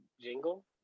jingle